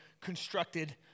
constructed